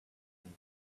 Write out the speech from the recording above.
and